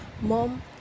Mom